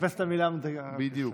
לחפש את המילה, בדיוק.